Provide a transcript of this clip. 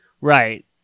Right